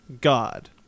God